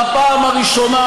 בפעם הראשונה,